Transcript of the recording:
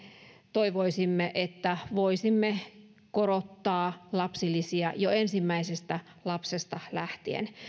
toivoisimme että voisimme korottaa lapsilisiä jo ensimmäisestä lapsesta lähtien